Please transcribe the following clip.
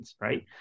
right